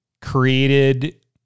Created